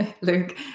Luke